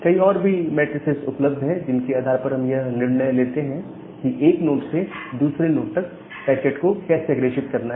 कई और भी मैट्रिसेज उपलब्ध है जिनके आधार पर हम यह निर्णय लेते हैं कि एक नोड से दूसरे नोड तक पैकेट को कैसे अग्रेषित करना है